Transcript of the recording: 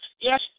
yes